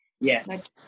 yes